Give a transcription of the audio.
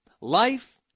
life